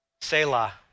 Selah